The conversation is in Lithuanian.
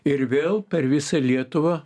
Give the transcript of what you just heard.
ir vėl per visą lietuvą